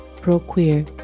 pro-queer